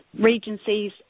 Regencies